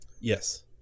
Yes